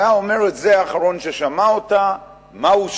היה אומר את זה האחרון ששמע אותה, מה הוא שמע,